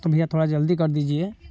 तो भैया थोड़ा जल्दी कर दीजिए